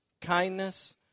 kindness